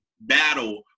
battle